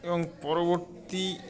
এবং পরবর্তী